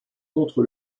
contre